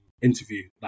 interview